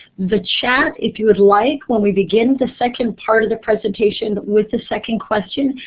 the chat if you would like when we began the second part of the presentation with the second question,